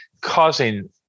causing